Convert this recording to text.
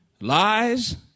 lies